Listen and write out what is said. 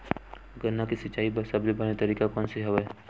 गन्ना के सिंचाई बर सबले बने तरीका कोन से हवय?